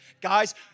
Guys